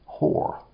whore